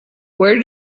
where